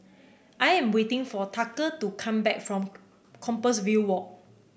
I am waiting for Tucker to come back from Compassvale Walk